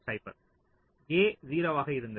A 0 ஆக இருந்தது